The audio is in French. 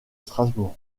strasbourg